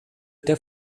der